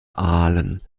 aalen